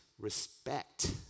respect